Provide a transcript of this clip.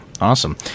awesome